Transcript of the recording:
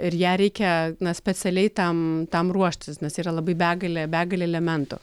ir ją reikia specialiai tam tam ruoštis nes yra labai begalė begalė elementų